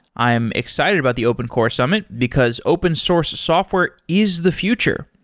i am excited about the open core summit, because open source software is the future.